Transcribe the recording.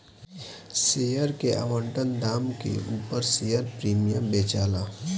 share के आवंटन दाम के उपर शेयर प्रीमियम बेचाला